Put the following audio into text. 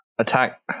attack